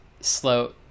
slow